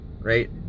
right